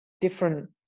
different